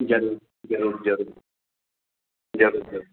ज़रूरु ज़रूरु ज़रूरु ज़रूरु ज़रूरु